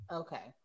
okay